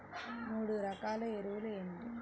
మూడు రకాల ఎరువులు ఏమిటి?